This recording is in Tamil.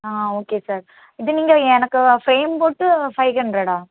ஆ ஓகே சார் இது நீங்கள் எனக்கு ஃப்ரேம் போட்டு ஃபைவ் ஹண்ட்ரடா